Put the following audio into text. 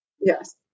Yes